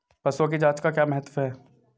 पशुओं की जांच का क्या महत्व है?